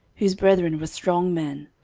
whose brethren were strong men,